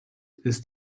ist